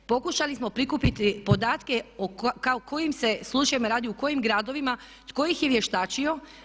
Pokušali smo prikupiti podatke o kojim se slučajevima radi i u kojim gradovima, tko ih je vještačio?